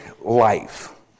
life